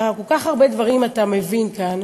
כל כך הרבה דברים אתה מבין כאן,